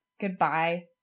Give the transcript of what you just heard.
goodbye